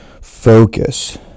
focus